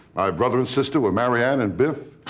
my brother and sister were maryanne and biff.